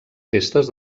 festes